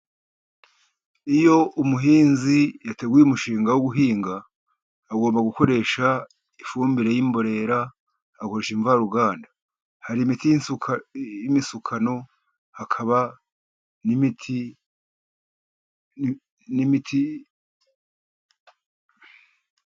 Iyo umuhinzi yateguye umushinga wo guhinga, agomba gukoresha ifumbire y'imborera, agakoresha imvaruganda, hari imiti y'imisukano, hakaba n'imiti n'imiti.